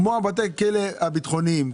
כמו בתי הכלא הביטחוניים?